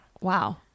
wow